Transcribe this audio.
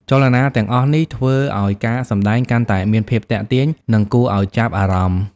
ចលនាទាំងអស់នេះធ្វើឲ្យការសម្ដែងកាន់តែមានភាពទាក់ទាញ និងគួរឲ្យចាប់អារម្មណ៍។